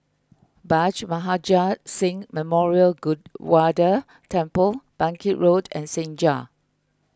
Bhai Maharaj Singh Memorial Gurdwara Temple Bangkit Road and Senja